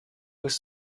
was